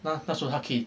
那那时候他可以